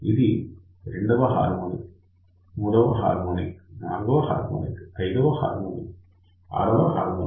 ఇది 2 వ హార్మోనిక్ 3 వ హార్మోనిక్ 4 వ హార్మోనిక్ 5 వ హార్మోనిక్ 6 వ హార్మోనిక్